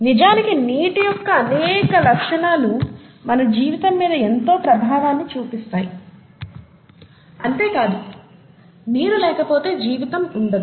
నిజానికి నీటి యొక్క అనేక లక్షణాలు మన జీవితం మీద ఎంతో ప్రభావాన్ని చూపిస్తాయి అంతే కాదు నీరు లేకపోతే జీవితం ఉండదు